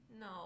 No